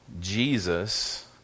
Jesus